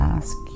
Ask